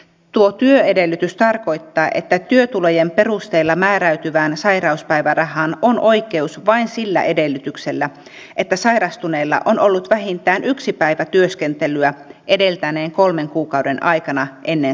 tuo työedellytys tarkoittaa että työtulojen perusteella määräytyvään sairauspäivärahaan on oikeus vain sillä edellytyksellä että sairastuneella on ollut vähintään yksi päivä työskentelyä edeltäneiden kolmen kuukauden aikana ennen sairastumista